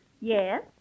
Yes